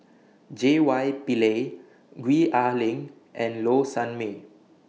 J Y Pillay Gwee Ah Leng and Low Sanmay